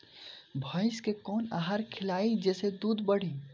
भइस के कवन आहार खिलाई जेसे दूध बढ़ी?